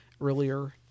earlier